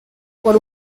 por